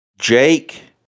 Jake